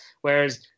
Whereas